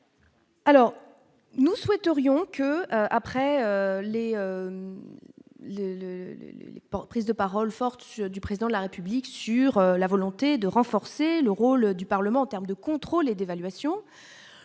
Alors, nous souhaiterions que après. Les l'. Prise de parole forte du président de la République sur la volonté de renforcer le rôle du Parlement en terme de contrôle et d'évaluation